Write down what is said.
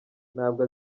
ntabwo